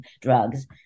drugs